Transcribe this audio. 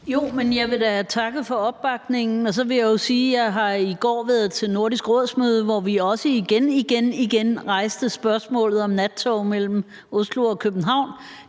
(EL): Jeg vil da takke for opbakningen, og så vil jeg jo sige, at jeg i går har været til Nordisk Råd-møde, hvor vi også igen, igen rejste spørgsmålet om nattog mellem Oslo og København.